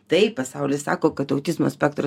tai pasaulis sako kad autizmo spektro